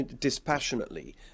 dispassionately